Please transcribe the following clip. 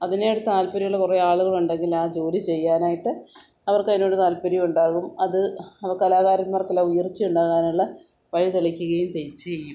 അതിനേട് താല്പര്യമുള്ള കുറേ ആള്കളുണ്ടെങ്കിൽ ആ ജോലി ചെയ്യാനായിട്ട് അവർക്ക് അയിനോട് താല്പര്യവും ഉണ്ടാകും അത് അപ്പോള് കലാകാരന്മാർക്കെല്ലാം ഉയർച്ച ഉണ്ടാകാനുള്ള വഴി തെളിയിക്കുകയും തെയ്യ് ചെയ്യും